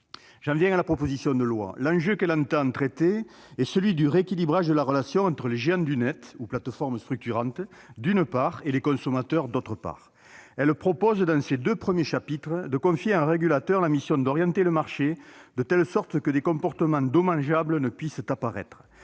J'en viens à la proposition de loi. L'enjeu qu'elle a pour vocation de traiter est celui du rééquilibrage de la relation entre les géants du Net, ou plateformes structurantes, d'une part, et les consommateurs, d'autre part. Elle prévoit, dans ses deux premiers chapitres, de confier à un régulateur la mission d'orienter le marché de telle sorte que des comportements dommageables ne puissent voir le